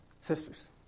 sisters